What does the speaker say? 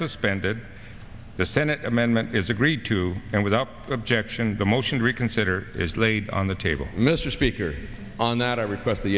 suspended the senate amendment is agreed to and without objection the motion to reconsider is laid on the table mr speaker on that request